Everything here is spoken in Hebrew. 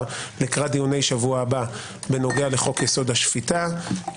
לקראת דיוני שבוע הבא בנוגע לחוק יסוד: השפיטה.